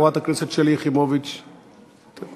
חברת הכנסת שלי יחימוביץ, תורך.